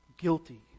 guilty